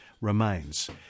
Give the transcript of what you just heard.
remains